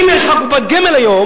אם יש לך קופת גמל היום,